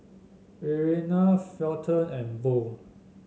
Irena Felton and Bo